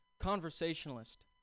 conversationalist